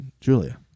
Julia